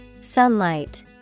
Sunlight